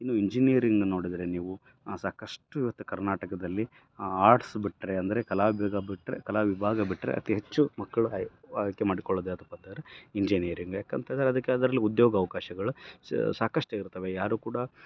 ಇನ್ನು ಇಂಜೀನಿಯರಿಂಗ್ನ ನೋಡದ್ರೆ ನೀವು ಸಾಕಷ್ಟು ಇವತ್ತು ಕರ್ನಾಟಕದಲ್ಲಿ ಆರ್ಟ್ಸ್ ಬಿಟ್ಟರೆ ಅಂದರೆ ಕಲಾ ವಿಭಾಗ ಬಿಟ್ಟರೆ ಕಲಾ ವಿಭಾಗ ಬಿಟ್ಟರೆ ಅತೀ ಹೆಚ್ಚು ಮಕ್ಕಳು ಅಯ್ ಆಯ್ಕೆ ಮಾಡಿಕೊಳ್ಳೋದು ಯಾವ್ದಪ್ಪ ಅಂದರೆ ಇಂಜೀನಿಯರಿಂಗ್ ಯಾಕಂತಂದರೆ ಅದಕ್ಕೆ ಅದ್ರಲ್ಲಿ ಉದ್ಯೋಗ ಅವಕಾಶಗಳು ಸಾಕಷ್ಟು ಇರ್ತವೆ ಯಾರು ಕೂಡ